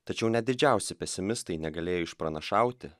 tačiau net didžiausi pesimistai negalėjo išpranašauti